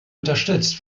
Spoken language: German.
unterstützt